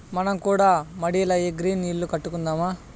మనం కూడా మడిల ఈ గ్రీన్ ఇల్లు కట్టుకుందాము